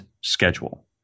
schedule